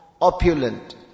opulent